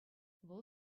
вӑл